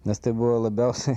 nes tai buvo labiausiai